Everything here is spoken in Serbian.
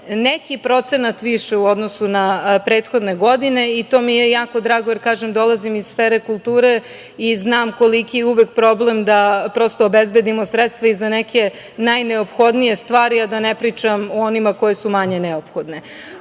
neki procenat više u odnosu na prethodne godine i to mi je jako drago jer, kažem, dolazim iz sfere kulture i znam koliki je uvek problem da obezbedimo sredstva i za neke najneophodnije stvari, a da ne pričam o onima koje su manje neophodne.